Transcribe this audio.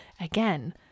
again